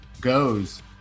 goes